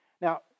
Now